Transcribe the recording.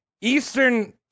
Eastern